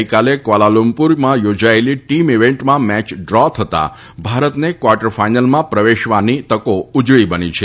ગઈકાલે ક્વાલાલુમ્પુરમાં યોજાયેલી ટીમ ઇવેન્ટમાં મેચ ડ્રો થતાં ભારતને ક્વાર્ટર ફાઇનલમાં પ્રવેશવાની તકો ઊજળી બની છે